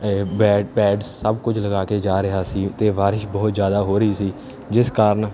bed pads ਸਭ ਕੁਝ ਲਗਾ ਕੇ ਜਾ ਰਿਹਾ ਸੀ ਅਤੇ ਬਾਰਿਸ਼ ਬਹੁਤ ਜ਼ਿਆਦਾ ਹੋ ਰਹੀ ਸੀ ਜਿਸ ਕਾਰਨ